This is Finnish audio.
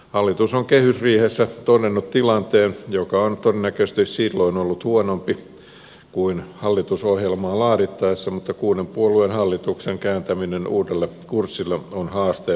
hallitus on kehysriihessä todennut tilanteen joka on todennäköisesti silloin ollut huonompi kuin hallitusohjelmaa laadittaessa mutta kuuden puolueen hallituksen kääntäminen uudelle kurssille on haasteellinen tehtävä